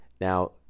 Now